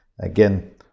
Again